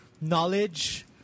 knowledge